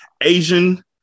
Asian